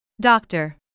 Doctor